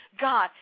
God